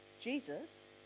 Jesus